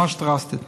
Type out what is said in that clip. ממש דרסטית,